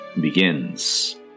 begins